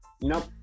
Nope